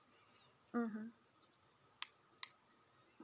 mmhmm